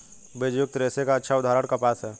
बीजयुक्त रेशे का अच्छा उदाहरण कपास है